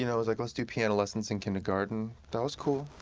you know was like let's do piano lessons in kindergarten. that was cool.